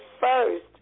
first